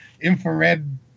infrared